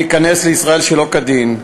להיכנס לישראל שלא כדין.